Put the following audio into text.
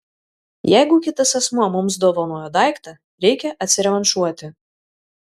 jeigu kitas asmuo mums dovanojo daiktą reikia atsirevanšuoti